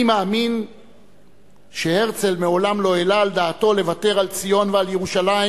אני מאמין שהרצל מעולם לא העלה על דעתו לוותר על ציון ועל ירושלים,